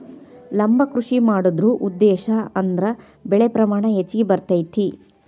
ಲಂಬ ಕೃಷಿ ಮಾಡುದ್ರ ಉದ್ದೇಶಾ ಅಂದ್ರ ಬೆಳೆ ಪ್ರಮಾಣ ಹೆಚ್ಗಿ ಬರ್ತೈತಿ